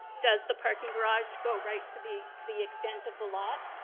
does the parking garage go right to the the extent of the lot?